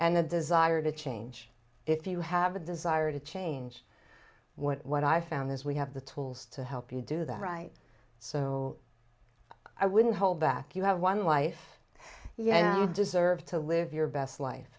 and the desire to change if you have a desire to change what i found is we have the tools to help you do that right so i wouldn't hold back you have one life yeah you deserve to live your best life